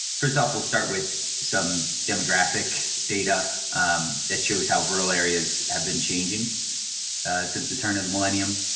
first up, we'll start with some demographic data that shows how rural areas have been changing since the turn of the millennium,